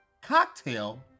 cocktail